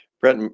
Brett